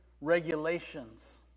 regulations